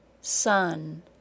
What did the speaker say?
sun